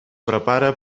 prepara